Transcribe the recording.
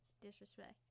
Disrespect